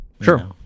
Sure